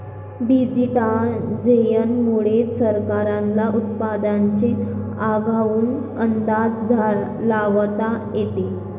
digitisation मुळे सरकारला उत्पादनाचा आगाऊ अंदाज लावता येतो